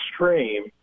extreme